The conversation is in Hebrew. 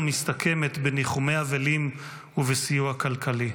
מסתכמת בניחומי אבלים ובסיוע כלכלי.